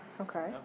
Okay